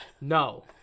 No